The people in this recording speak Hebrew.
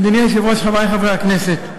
אדוני היושב-ראש, חברי חברי הכנסת,